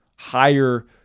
higher